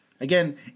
again